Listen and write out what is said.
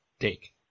take